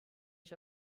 ich